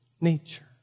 nature